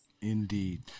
Indeed